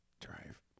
drive